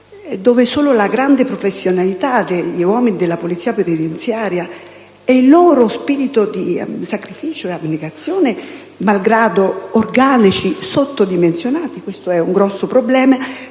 dove solo la grande professionalità degli uomini della Polizia penitenziaria, il loro spirito di sacrificio e abnegazione malgrado organici sottodimensionati - questo è un grosso problema